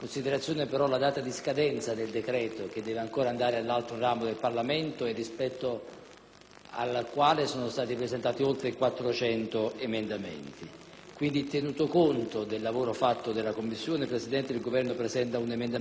al quale sono stati presentati oltre 400 emendamenti. Pertanto, tenuto conto del lavoro svolto in Commissione, il Governo presenta un emendamento interamente sostitutivo dell'articolo unico del disegno di legge di conversione del decreto-legge